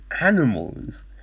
animals